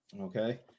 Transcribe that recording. Okay